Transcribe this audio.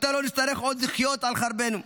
מתי לא נצטרך עוד להיות על חרבנו?